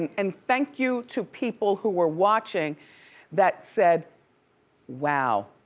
and and thank you to people who were watching that said wow,